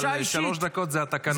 אבל שלוש דקות זה התקנון.